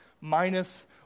minus